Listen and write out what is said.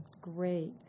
Great